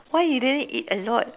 why he didn't eat a lot